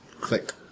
Click